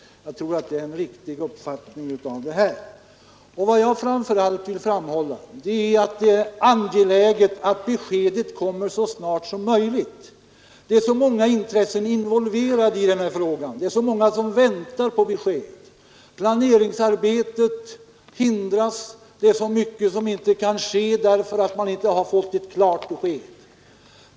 Jag tror att detta är en riktig bedömning. Vad jag framför allt vill framhålla är att det är angeläget att beskedet kommer så snart som möjligt. Det är många intressen involverade i denna fråga och så många som väntar på besked. Planeringsarbetet hindras, och det är så mycket som inte kan ske därför att man inte fått ett klart besked.